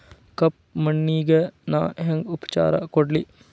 ಕಪ್ಪ ಮಣ್ಣಿಗ ನಾ ಹೆಂಗ್ ಉಪಚಾರ ಕೊಡ್ಲಿ?